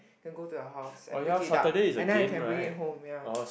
then go to your house and pick it up and then I can bring it home ya